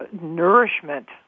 nourishment